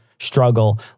struggle